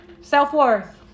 Self-worth